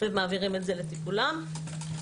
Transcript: ומעבירים את זה לטיפולם.